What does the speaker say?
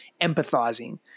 empathizing